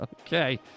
Okay